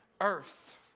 earth